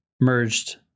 merged